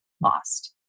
lost